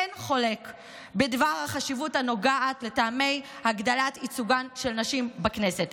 אין חולק בדבר החשיבות הנוגעת לטעמי הגדלת ייצוגן של נשים בכנסת.